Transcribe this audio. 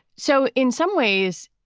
so in some ways,